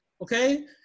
Okay